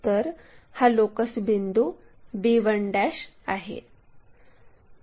तर हा लोकस बिंदू b1 आहे